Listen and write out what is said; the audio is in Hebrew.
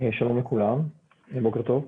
שלום לכולם, בוקר טוב.